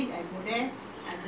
what fun you have tell me